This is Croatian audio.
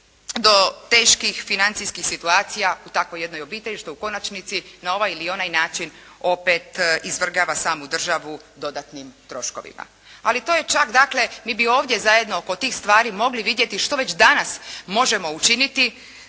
do teških financijskih situacija u takvoj jednoj obitelji, što u konačnici na ovaj ili onaj način opet izvrgava samu državu dodatnim troškovima. Ali to je čak, dakle mi bi ovdje zajedno oko tih stvari mogli vidjeti što već danas možemo učiniti